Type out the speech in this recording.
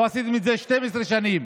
לא עשיתם את זה 12 שנים.